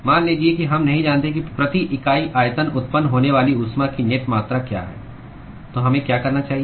मान लीजिए कि हम नहीं जानते कि प्रति इकाई आयतन उत्पन्न होने वाली ऊष्मा की नेट मात्रा क्या है तो हमें क्या करना चाहिए